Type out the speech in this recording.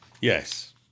Yes